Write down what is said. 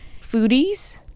foodies